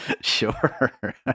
Sure